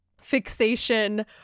fixation